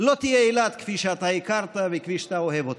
לא תהיה אילת כפי שאתה הכרת וכפי שאתה אוהב אותה.